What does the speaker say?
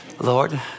Lord